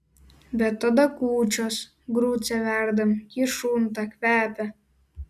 bet tada kūčios grucę verdam ji šunta kvepia